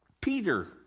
Peter